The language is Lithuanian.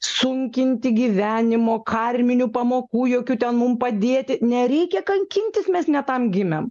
sunkinti gyvenimo karminių pamokų jokių ten mum padėti nereikia kankintis mes ne tam gimėm